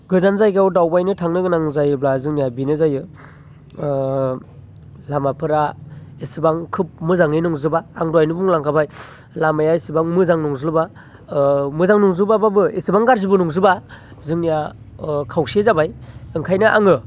गोजान जायगायाव दावबायनो थांनो गोनां जायोब्ला जोंनिया बेनो जायो लामाफोरा एसेबां खोब मोजाङै नंजोबा आं दहायनो बुंलांखाबाय लामाया एसेबां मोजां नंजोबा मोजां नंजुबाबाबो एसेबां गाज्रिबो नंजोबा जोंनिया खावसे जाबाय ओंखायनो आङो